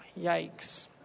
Yikes